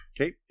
Okay